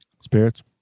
spirits